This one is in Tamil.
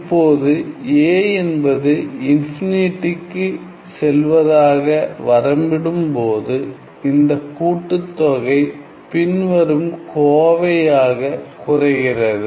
இப்போது a என்பது இன்ஃபினிட்டிக்கு செல்வதாக வரம்பிடும்போது இந்தக் கூட்டுத் தொகை பின்வரும் கோவையாக குறைகிறது